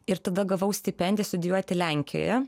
ir tada gavau stipendiją studijuoti lenkijoje